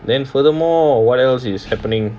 then furthermore what else is happening